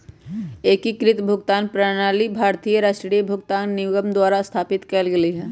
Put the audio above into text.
एकीकृत भुगतान प्रणाली भारतीय राष्ट्रीय भुगतान निगम द्वारा स्थापित कएल गेलइ ह